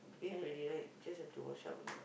bathe already right just have to wash up only what